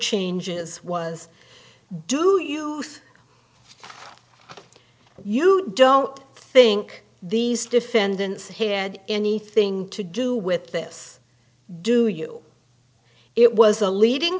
changes was do you you don't think these defendants had anything to do with this do you it was a leading